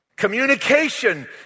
Communication